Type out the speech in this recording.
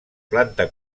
planta